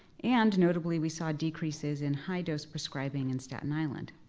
and notably, we saw decreases in high-dose prescribing in staten island.